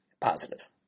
Positive